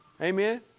Amen